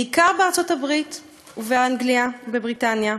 בעיקר בארצות-הברית ובאנגליה, בבריטניה.